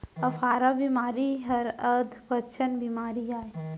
अफारा बेमारी हर अधपचन बेमारी अय